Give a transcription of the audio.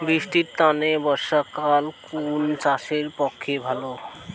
বৃষ্টির তানে বর্ষাকাল কুন চাষের পক্ষে ভালো?